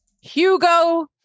Hugo